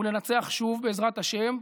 ולנצח שוב, בעזרת השם,